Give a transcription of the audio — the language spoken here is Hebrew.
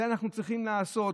את זה אנחנו צריכים לעשות,